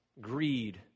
greed